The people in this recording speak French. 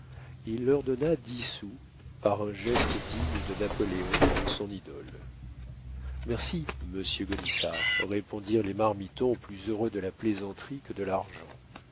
il leur donna dix sous par un geste digne de napoléon son idole merci monsieur gaudissart répondirent les marmitons plus heureux de la plaisanterie que de l'argent